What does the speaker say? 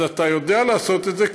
אז אתה יודע לעשות את זה,